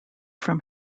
from